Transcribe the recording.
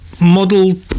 model